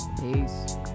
Peace